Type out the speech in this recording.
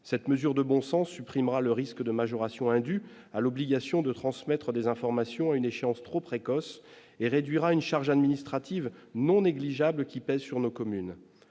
cette mesure de bon sens supprimera le risque de majorations indues à l'obligation de transmettre des informations à une échéance trop précoce et réduire à une charge administrative non négligeable qui pèse sur nos communes